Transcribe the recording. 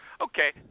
Okay